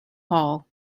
hall